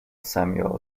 samuel